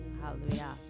Hallelujah